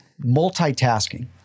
multitasking